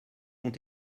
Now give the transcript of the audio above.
ont